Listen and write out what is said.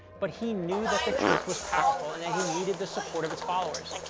but he knew that the church was powerful and that he needed the support of its followers,